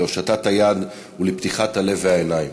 להושטת היד ולפתיחת הלב והעיניים.